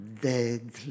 Dead